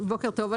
בוקר טוב,